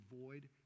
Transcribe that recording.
avoid